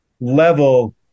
Level